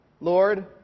Lord